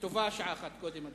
וטובה שעה אחת קודם.